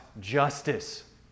justice